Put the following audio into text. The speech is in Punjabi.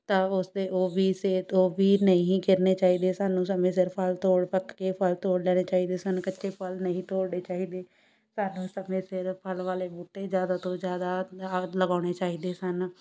ਤਾਂ ਉਸਦੇ ਉਹ ਵੀ ਸਿਹਤ ਉਹ ਵੀ ਨਹੀਂ ਗਿਰਨੇ ਚਾਹੀਦੇ ਸਾਨੂੰ ਸਮੇਂ ਸਿਰ ਫਲ ਤੋੜ ਪੱਕ ਕੇ ਫਲ ਤੋੜ ਲੈਣੇ ਚਾਹੀਦੇ ਸਨ ਕੱਚੇ ਫਲ ਨਹੀਂ ਤੋੜਨੇ ਚਾਹੀਦੇ ਸਾਨੂੰ ਸਮੇਂ ਸਿਰ ਫਲ ਵਾਲੇ ਬੂਟੇ ਜ਼ਿਆਦਾ ਤੋਂ ਜ਼ਿਆਦਾ ਲਗਾਉਣੇ ਚਾਹੀਦੇ ਸਨ